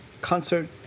concert